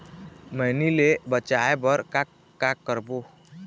मैनी ले बचाए बर का का करबो?